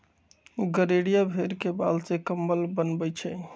गड़ेरिया भेड़ के बाल से कम्बल बनबई छई